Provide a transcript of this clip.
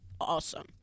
awesome